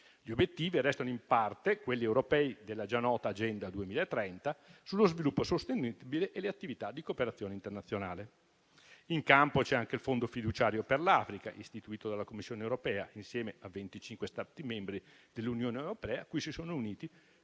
Gli obiettivi restano in parte quelli europei della già nota Agenda 2030 sullo sviluppo sostenibile e le attività di cooperazione internazionale. In campo c'è anche il Fondo fiduciario per l'Africa, istituito dalla Commissione europea insieme a 25 Stati membri dell'Unione europea, cui si sono uniti